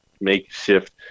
makeshift